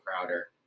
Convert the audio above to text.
crowder